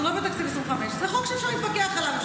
אנחנו לא בתקציב 2025. זה חוק שאפשר להתווכח עליו.